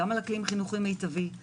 גם על חינוך מיטבי,